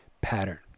pattern